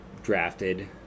drafted